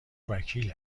وکیل